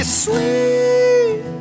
sweet